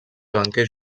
banquers